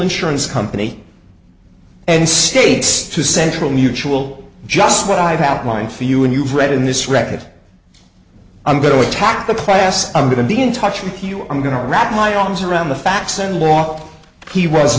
insurance company and state to central mutual just what i've outlined for you and you've read in this record i'm going to attack the class i'm going to be in touch with you i'm going to wrap my arms around the facts and walk he was